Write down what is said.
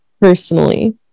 personally